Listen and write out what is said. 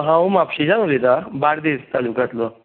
हांव म्हापशेंच्यान उलयतां बार्देज तालुक्यांतलो